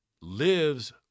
Lives